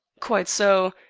quite so.